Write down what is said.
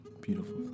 Beautiful